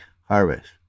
harvest